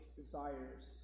desires